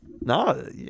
No